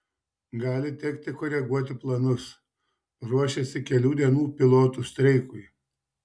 gali tekti koreguoti planus ruošiasi kelių dienų pilotų streikui